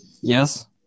Yes